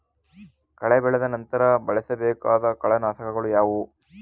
ಕಳೆ ಬೆಳೆದ ನಂತರ ಬಳಸಬೇಕಾದ ಕಳೆನಾಶಕಗಳು ಯಾವುವು?